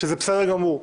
שזה בסדר גמור.